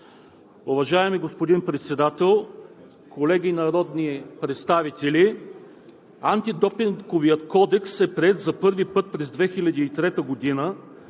Уважаеми господин Председател, колеги народни представители! Антидопинговият кодекс е приет за първи път през 2003 г. и